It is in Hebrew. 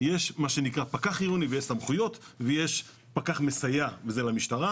יש פקח עירוני ויש סמכויות ויש פקח מסייע וזה למשטרה,